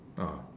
ah